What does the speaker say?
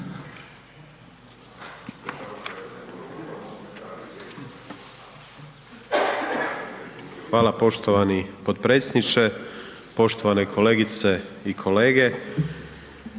Hvala poštovani potpredsjedniče HS, poštovani ministre, kolegice i kolege.